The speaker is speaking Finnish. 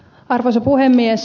arvoisa puhemies